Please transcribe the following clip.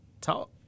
talk